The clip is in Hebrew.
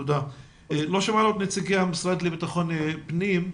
לא שמענו את נציגי המשרד לבטחון פנים.